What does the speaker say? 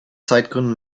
zeitgründen